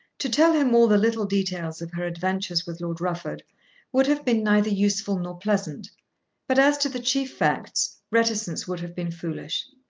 to tell him all the little details of her adventures with lord rufford would have been neither useful nor pleasant but, as to the chief facts, reticence would have been foolish.